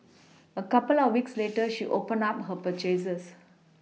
a couple of weeks later she opened up her purchases